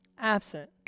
Absent